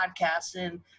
podcasting